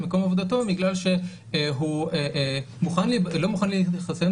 מקום עבדותו בגלל שהוא לא מוכן להתחסן,